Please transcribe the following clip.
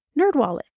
NerdWallet